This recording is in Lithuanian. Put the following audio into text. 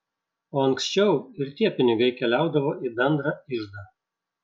o ankščiau ir tie pinigai keliaudavo į bendrą iždą